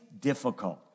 difficult